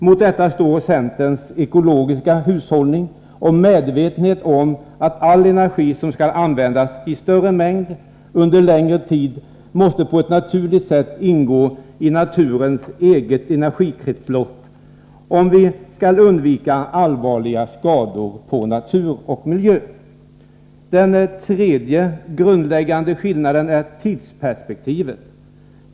Mot detta står centerns ekologiska hushållning och medvetenhet om att all energi som skall användas istörre mängd och under längre tid på ett naturligt sätt måste ingå i naturens eget energikretslopp, om vi skall undvika allvarliga skador på natur och miljö. Den tredje grundläggande skillnaden är tidsperspektivet.